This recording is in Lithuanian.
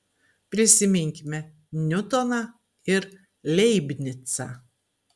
prisiminkime niutoną ir leibnicą